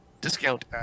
discount